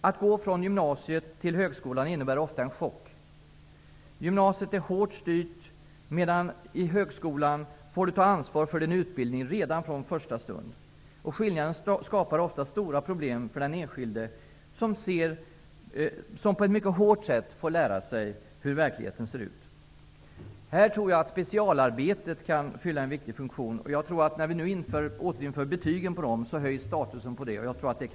Att gå från gymnasiet till högskolan innebär ofta en chock. Gymnasiet är hårt styrt. I högskolan får man däremot ta ansvar för sin utbildning från första stund. Skillnaden skapar ofta stora problem för den enskilde som på ett mycket hårt sätt får lära sig hur verkligheten ser ut. Här tror jag att specialarbetet kan fylla en viktig funktion. När vi nu återinför betyg på specialarbetet tror jag att statusen på specialarbetet kommer att höjas.